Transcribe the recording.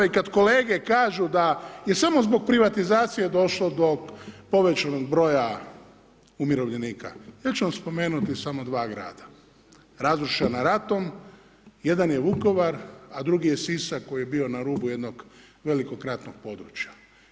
I kad kolege kažu da je samo zbog privatizacije došlo do povećanog broja umirovljenika ja ću vam spomenuti samo dva grada razrušena ratom, jedan je Vukovar a drugi je Sisak koji je bio na rubu jednog velikog ratnog područja.